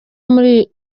muri